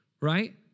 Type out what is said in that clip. Right